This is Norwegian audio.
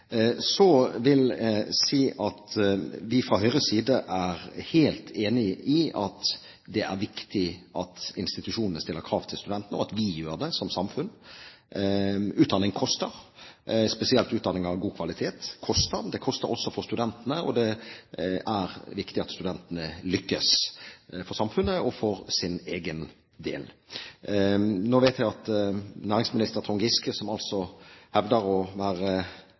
Så vil jeg si at vi fra Høyres side er helt enige i at det er viktig at institusjonene stiller krav til studentene, og at vi gjør det som samfunn. Utdanning koster, spesielt utdanning av god kvalitet koster. Det koster også for studentene, og det er viktig at studentene lykkes, for samfunnet og for sin egen del. Nå vet jeg at næringsminister Trond Giske, som altså hevder å